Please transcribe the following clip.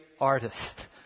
artist